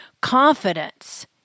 confidence